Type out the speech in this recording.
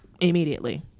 immediately